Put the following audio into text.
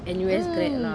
((mmhmm)mm)